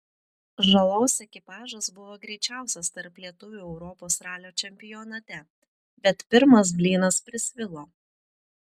žalos ekipažas buvo greičiausias tarp lietuvių europos ralio čempionate bet pirmas blynas prisvilo